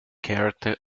character